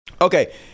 Okay